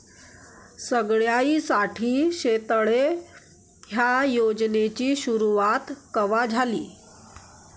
सगळ्याइसाठी शेततळे ह्या योजनेची सुरुवात कवा झाली?